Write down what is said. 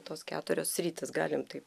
tos keturios sritys galim taip